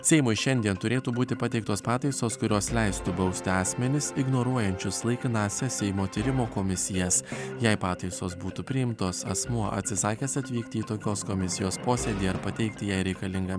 seimui šiandien turėtų būti pateiktos pataisos kurios leistų bausti asmenis ignoruojančius laikinąsias seimo tyrimo komisijas jei pataisos būtų priimtos asmuo atsisakęs atvykti į tokios komisijos posėdį ar pateikti jai reikalingą